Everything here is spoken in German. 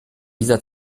dieser